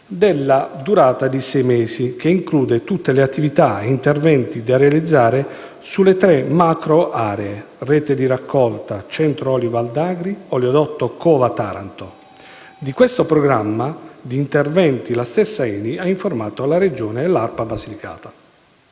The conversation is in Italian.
della durata di sei mesi, che include tutte le attività e interventi da realizzare sulle tre macroaree: rete di raccolta, Centro Olio Val d'Agri, oleodotto COVA-Taranto. Di questo programma di interventi la stessa ENI ha informato la Regione e l'ARPA Basilicata.